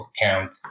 account